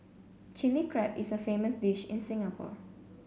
Chilli Crab is a famous dish in Singapore